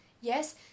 Yes